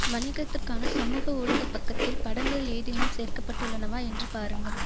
வணிகத்திற்கான சமூக ஊடகப் பக்கத்தில் படங்கள் ஏதேனும் சேர்க்கப்பட்டுள்ளனவா என்று பாருங்கள்